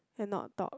and not talk